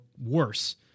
worse